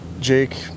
Jake